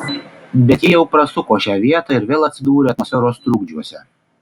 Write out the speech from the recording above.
bet ji jau prasuko šią vietą ir vėl atsidūrė atmosferos trukdžiuose